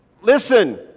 Listen